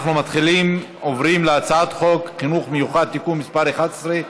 אנחנו עוברים להצעת חוק חינוך מיוחד (תיקון מס' 11),